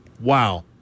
Wow